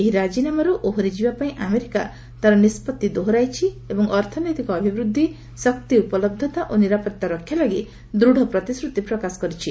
ଏହି ରାଜିନାମାରୁ ଓହରି ଯିବା ପାଇଁ ଆମେରିକା ତା'ର ନିଷ୍ପଭି ଦୋହରାଇଛି ଏବଂ ଅର୍ଥନୈତିକ ଅଭିବୃଦ୍ଧି ଶକ୍ତି ଉପଲବ୍ଧତା ଓ ନିରାପତ୍ତା ରକ୍ଷା ଲାଗି ଦୂତ୍ବ ପ୍ରତିଶ୍ରତି ପ୍ରକାଶ କରିଛି